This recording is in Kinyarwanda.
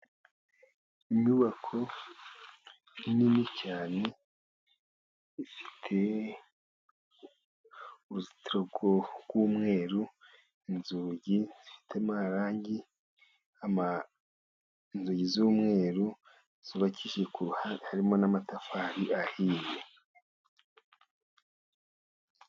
Inyubako nini cyane, ifite uruzitiro rw'umweru, inzugi zifite amarangi, inzugi z'umweru zubakishije harimo n'amatafari ahiye.